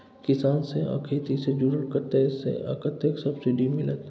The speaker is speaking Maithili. किसान से आ खेती से जुरल कतय से आ कतेक सबसिडी मिलत?